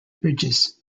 bridges